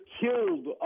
killed